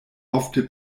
ofte